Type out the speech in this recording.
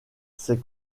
ces